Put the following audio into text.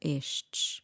estes